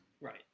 Right